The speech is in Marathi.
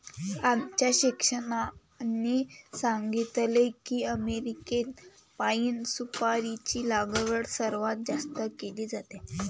आमच्या शिक्षकांनी सांगितले की अमेरिकेत पाइन सुपारीची लागवड सर्वात जास्त केली जाते